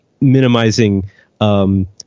minimizing